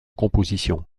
composition